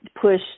push